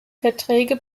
verträge